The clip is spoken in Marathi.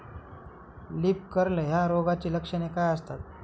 लीफ कर्ल या रोगाची लक्षणे काय असतात?